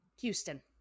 Houston